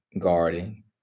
guarding